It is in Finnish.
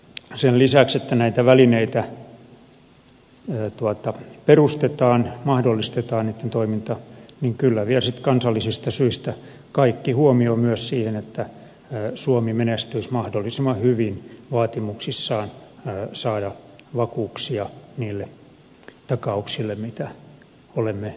sen lisäksi että näitä välineitä perustetaan mahdollistetaan niitten toiminta niin kyllä vielä sitten kansallisista syistä kaikki huomio myös siihen että suomi menestyisi mahdollisimman hyvin vaatimuksissaan saada vakuuksia niille takauksille mitä olemme antaneet